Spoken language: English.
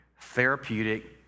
Therapeutic